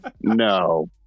no